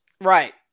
Right